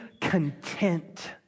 content